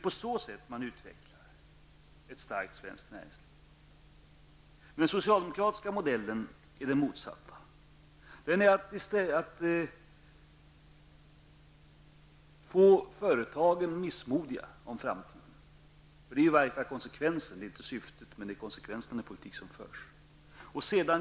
På så sätt utvecklar man ett starkt svenskt näringsliv. Den socialdemokratiska modellen är emellertid den motsatta. Den gör företagen missmodiga inför framtiden. Det är inte syftet, men så blir i alla fall konsekvensen av den politik som förs.